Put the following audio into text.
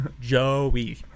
Joey